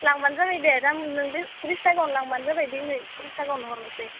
लांब्लानो जाबायदे दा नों बे त्रिस थाखायाव लांब्लानो जाबाय दिनै त्रिस थाखायावनो हरनोसै